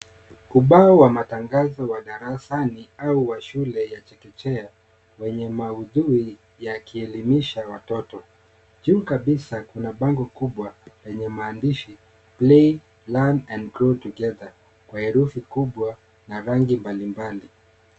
Ubao wa matangazo wa darasani au wa shule ya chekechea wenye maudhui yakielimisha watoto. Juu kabisa kuna bango kubwa lenye maandishi play learn and grow together kwa herufi kubwa na rangi mbali mbali.